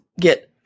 get